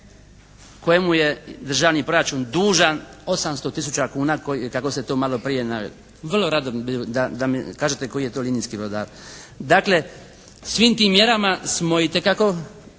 kojemu je državni proračun dužan 800 tisuća kuna kako se tu malo prije na, vrlo rado bi da mi kažete koji je to linijski brodar. Dakle svim tim mjerama smo itekako